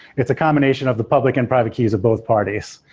it's a combination of the public and private keys of both parties.